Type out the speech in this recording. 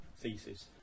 thesis